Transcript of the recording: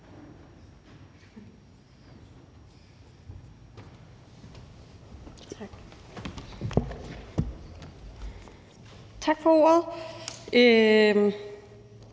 (M): Tak for ordet.